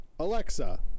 Alexa